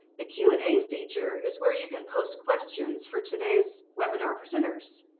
the q and a feature is where you can post questions for today's webinar presenters.